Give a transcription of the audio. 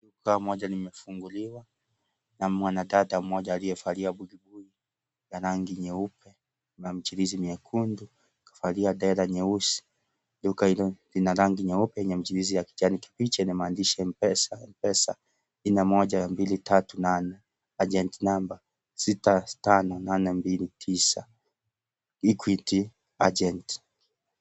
Duka moja limefunguliwa na mwanadada mmoja aliyevalia buibui ya rangi nyeupe na michirizi mwekundu kavalia dera nyeusi ,duka hilo lina rangi nyeupe lenye michirizi ya kijani kibichi yenye maandishi Mpesa . Jina moja ya mbili tatu nane agent namba sita tano nane mbili tisa equity agent .